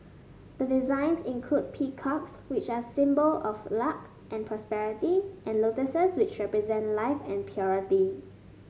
the designs include peacocks which are symbol of luck and prosperity and lotuses which represent life and purity